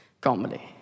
comedy